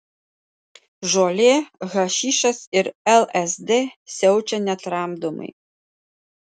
žolė hašišas ir lsd siaučia netramdomai